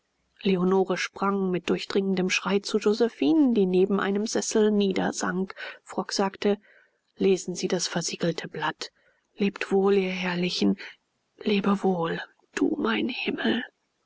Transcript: leonore sprang mit durchdringendem schrei zu josephinen die neben einem sessel niedersank frock sagte lesen sie das versiegelte blatt lebt wohl ihr herrlichen lebe wohl du mein himmel